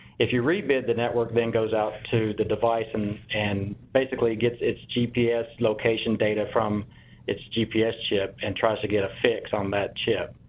if you rebid, the network thing does out to the device and and basically gets it's gps location data from it's gps chip and tries to get a fix on that chip.